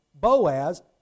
Boaz